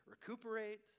recuperate